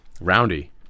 Roundy